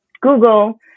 Google